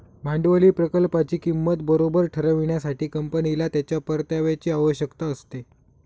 भांडवली प्रकल्पाची किंमत बरोबर ठरविण्यासाठी, कंपनीला त्याच्या परताव्याची आवश्यकता असते